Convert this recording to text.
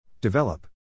Develop